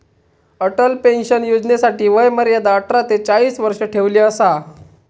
Atal pension योजनेसाठी वय मर्यादा अठरा ते चाळीस वर्ष ठेवली असा